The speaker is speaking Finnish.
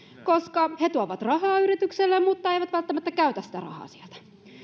koska hän tuo rahaa yritykselle mutta ei välttämättä käytä sitä rahaa sieltä